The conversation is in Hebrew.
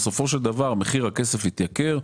בסופו של דבר מחיר הכסף התייקר,